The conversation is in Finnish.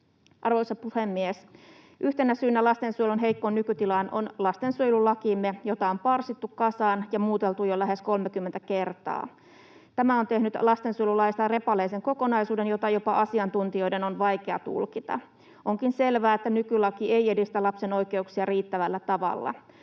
Arvoisa puhemies! Yhtenä syynä lastensuojelun heikkoon nykytilaan on lastensuojelulakimme, jota on parsittu kasaan ja muuteltu jo lähes 30 kertaa. Tämä on tehnyt lastensuojelulaista repaleisen kokonaisuuden, jota jopa asiantuntijoiden on vaikea tulkita. Onkin selvää, että nykylaki ei edistä lapsen oikeuksia riittävällä tavalla.